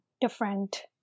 different